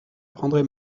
prendrai